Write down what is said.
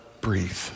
breathe